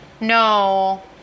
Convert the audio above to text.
no